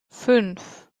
fünf